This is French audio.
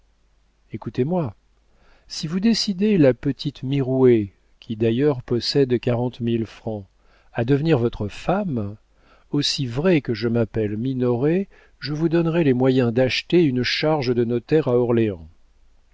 écoutez-moi si vous décidez la petite mirouët qui d'ailleurs possède quarante mille francs à devenir votre femme aussi vrai que je m'appelle minoret je vous donnerai les moyens d'acheter une charge de notaire à orléans